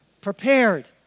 Prepared